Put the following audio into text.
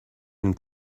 ein